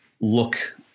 look